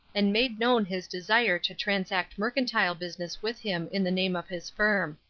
and made known his desire to transact mercantile business with him in the name of his firm.